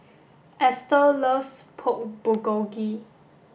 Estel loves Pork Bulgogi